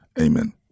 Amen